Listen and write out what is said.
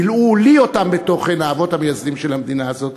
מילאו לי אותן בתוכן האבות המייסדים של המדינה הזאת.